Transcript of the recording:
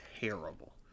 terrible